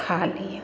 खा ली